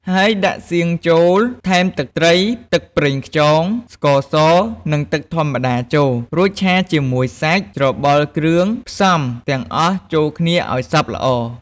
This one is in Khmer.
ហើយដាក់សៀងចូល ថែមទឹកត្រី ទឹកប្រេងខ្យង ស្ករស និងទឹកធម្មតាចូល រួចឆាជាមួយសាច់ ច្របល់គ្រឿងផ្សំទាំងអស់ចូលគ្នាឱ្យសព្វល្អ។